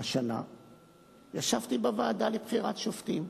השנה ישבתי בוועדה לבחירת שופטים,